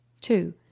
Two